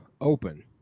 open